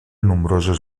nombroses